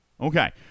Okay